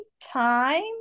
time